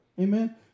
amen